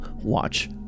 watch